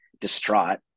distraught